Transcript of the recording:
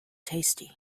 tasty